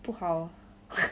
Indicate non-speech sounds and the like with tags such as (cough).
不好 (noise)